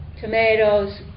tomatoes